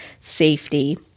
safety